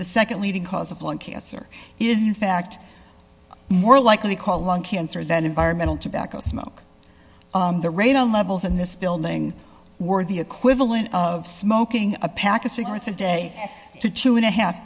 the nd leading cause of lung cancer is in fact more likely call lung cancer than environmental tobacco smoke the rate a levels in this building were the equivalent of smoking a pack of cigarettes a day to two and a half